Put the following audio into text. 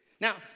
Now